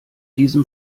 diesem